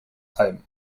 alben